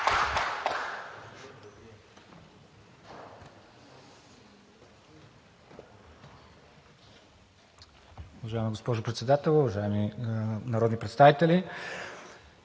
Уважаема госпожо Председател, уважаеми народни представители!